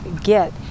get